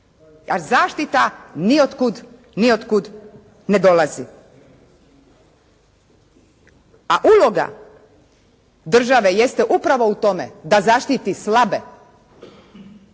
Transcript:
zaštita ni od kud ne dolazi. A uloga države jeste upravo u tome da zaštiti slabe